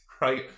right